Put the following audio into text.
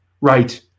right